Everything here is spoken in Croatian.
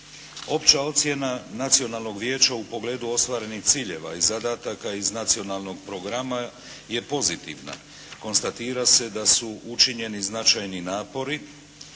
Opća ocjena Nacionalnog vijeća u pogledu ostvarenih ciljeva i zadataka iz nacionalnog programa je pozitivna. Konstatira se da su učinjeni značajni napori,